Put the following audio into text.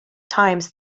times